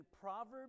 Proverbs